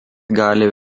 gali